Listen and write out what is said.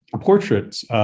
portraits